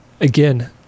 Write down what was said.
again